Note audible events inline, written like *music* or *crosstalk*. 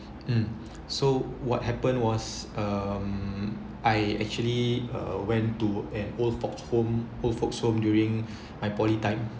mm so what happened was um I actually uh went to an old folks home old folks home during *breath* my poly time